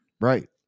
right